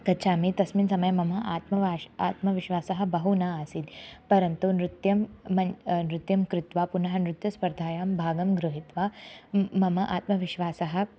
गच्छामि तस्मिन् समये मम आत्मवाष् आत्मविश्वासः बहु न आसीद् परन्तु नृत्यं मनः नृत्यं कृत्वा पुनः नृत्यस्पर्धायां भागं गृहीत्वा मम आत्मविश्वासः